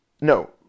no